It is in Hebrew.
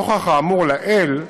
נוכח האמור לעיל,